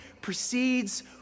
precedes